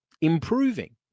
improving